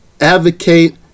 advocate